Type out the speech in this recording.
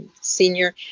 senior